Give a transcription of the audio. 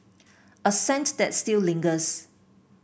a scent that still lingers